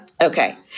Okay